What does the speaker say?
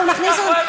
אנחנו נכניס אותם,